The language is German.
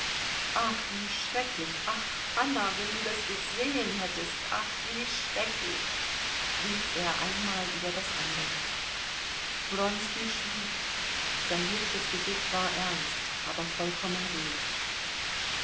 ach wie schrecklich ach anna wenn du das gesehen hättest ach wie schrecklich rief er einmal über das andere wronski schwieg sein hübsches gesicht war ernst aber vollkommen ruhig